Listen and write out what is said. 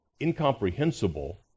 incomprehensible